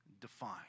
define